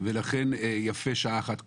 ולכן יפה שעה אחת קודם.